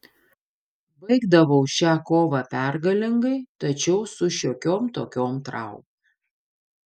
baigdavau šią kovą pergalingai tačiau su šiokiom tokiom traumom